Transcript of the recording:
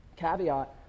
caveat